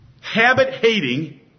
habit-hating